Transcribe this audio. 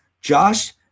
josh